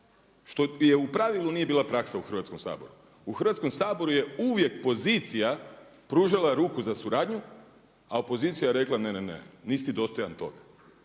što je u pravilu nije bila praksa u Hrvatskom saboru. U Hrvatskom saboru je uvijek pozicija pružala ruku za suradnju a opozicija rekla ne, ne, ne, nisi ti dostojan toga.